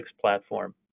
platform